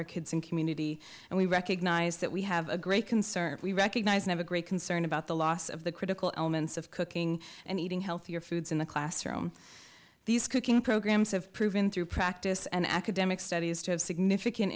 our kids and community and we recognize that we have a great concern we recognized have a great concern about the loss of the critical elements of cooking and eating healthier foods in the classroom these cooking programs have proven through practice and academic studies to have significant